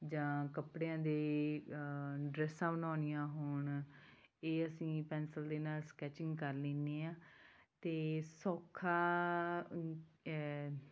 ਜਾਂ ਕੱਪੜਿਆਂ ਦੀ ਡਰੈਸਾਂ ਬਣਾਉਣੀਆਂ ਹੋਣ ਇਹ ਅਸੀਂ ਪੈਨਸਿਲ ਦੇ ਨਾਲ ਸਕੈਚਿੰਗ ਕਰ ਲੈਂਦੇ ਹਾਂ ਅਤੇ ਸੌਖਾ